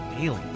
daily